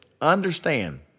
Understand